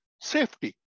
safety